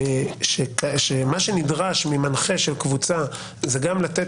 שמה שנדרש ממנחה של קבוצה זה גם לתת